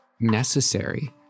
necessary